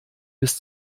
bis